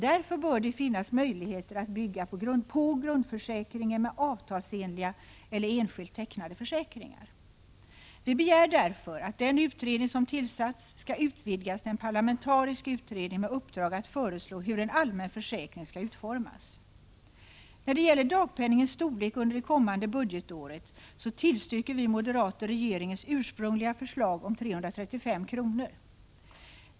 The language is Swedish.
Därför bör det finnas möjligheter att bygga på grundförsäkringen med avtalsenliga eller enskilt tecknade försäkringar. Vi begär därför att den utredning som tillsatts skall utvidgas till en parlamentarisk utredning med uppdrag att föreslå hur en allmän försäkring skall utformas. När det gäller dagpenningens storlek under det kommande budgetåret så tillstyrker vi moderater regeringens ursprungliga förslag om 335 kr.